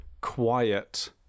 quiet